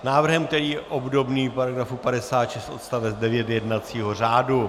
Návrhem, který je obdobný § 56 odst. 9 jednacího řádu.